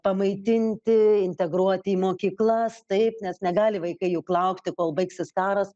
pamaitinti integruoti į mokyklas taip nes negali vaikai juk laukti kol baigsis karas